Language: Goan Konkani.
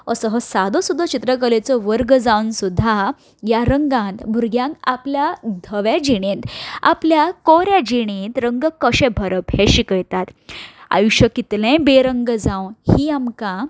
असो हो सादो सुद्दां चित्रकलेचो वर्ग जावन सुद्दां ह्या रंगांत भुरग्यांक आपल्या धव्या जिणेंत आपल्या कोऱ्या जिणेंत रंग कशे भरप हें शिकयतात आयुश्य कितलेंय बेरंग जावं ही आमकां